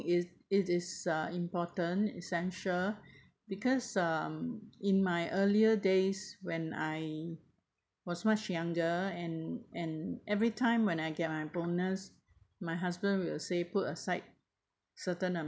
it's it is uh important essential because um in my earlier days when I was much younger and and every time when I get my bonus my husband will say put aside certain a~